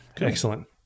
excellent